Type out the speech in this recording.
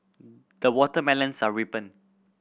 the watermelons are ripened